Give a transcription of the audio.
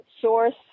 Source